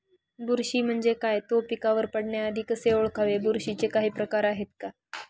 बुरशी म्हणजे काय? तो पिकावर पडण्याआधी कसे ओळखावे? बुरशीचे काही प्रकार आहेत का?